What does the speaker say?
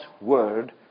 word